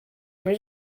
muri